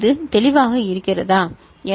இது தெளிவாக இருக்கிறதா சரி